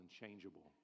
unchangeable